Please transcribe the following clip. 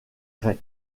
grey